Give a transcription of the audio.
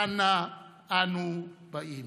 אנה אנו באים.